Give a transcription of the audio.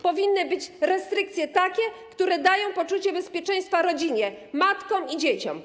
Powinny być restrykcje takie, które dają poczucie bezpieczeństwa rodzinie, matkom i dzieciom.